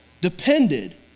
depended